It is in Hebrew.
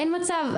אין מצב.